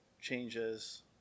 changes